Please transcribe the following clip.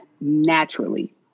naturally